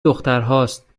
دخترهاست